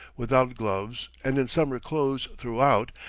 without gloves, and in summer clothes throughout,